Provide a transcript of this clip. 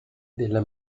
della